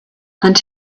and